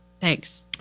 Thanks